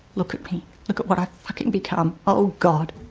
look at me. look at what i've fucking become. oh god.